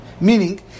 Meaning